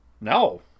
No